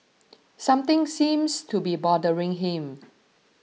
something seems to be bothering him